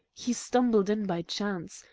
he stumbled in by chance.